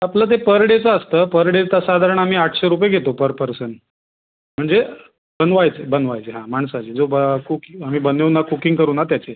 आपलं जे पर डेचं असतं पर डे तर साधारण आम्ही आठशे रुपये घेतो पर पर्सन म्हणजे बनवायचे बनवायचे हां माणसाचे जो बा खूप आम्ही बनवू ना कुकिंग करू ना त्याचे